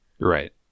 Right